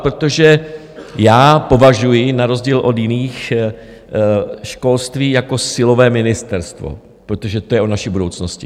Protože já považuji za rozdíl od jiných školství za silové ministerstvo, protože to je o naší budoucnosti.